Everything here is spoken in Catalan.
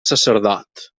sacerdot